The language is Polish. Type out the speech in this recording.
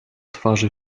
twarzy